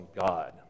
God